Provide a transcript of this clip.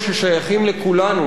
לציבור הישראלי,